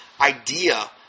idea